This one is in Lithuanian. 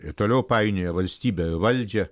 ir toliau painioja valstybę i valdžią